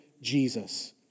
Jesus